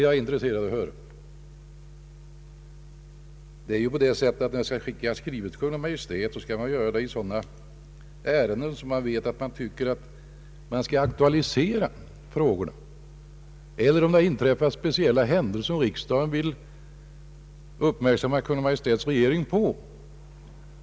Jag är intresserad att få svar på den frågan. Om det skall skickas skrivelser till Kungl. Maj:t, bör det ske i sådana fall då det gäller att aktualisera frågor eller då det har inträffat speciella händelser som riksdagen vill fästa regeringens uppmärksamhet på.